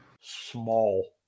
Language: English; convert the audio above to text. small